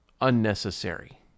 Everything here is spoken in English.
unnecessary